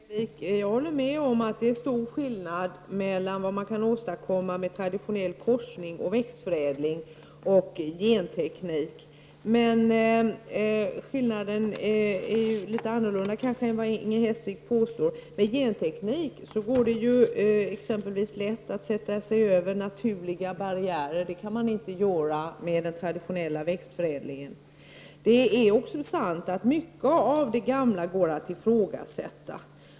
Herr talman! Jag håller med om att det är stor skillnad, Inger Hestvik, mellan vad man kan åstadkomma med å ena sidan traditionell korsning och växtförädling, å andra sidan genteknik, men skillnaden är något annan än den som Inger Hestvik hävdar. Med genteknik går det exempelvis lätt att sätta sig över naturliga barriärer. Det kan man inte göra med den traditionella växtförädlingen. Det är också sant att mycket av det gamla kan ifrågasättas.